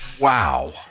Wow